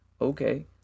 Okay